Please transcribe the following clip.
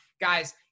Guys